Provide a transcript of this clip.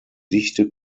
dichte